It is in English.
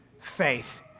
faith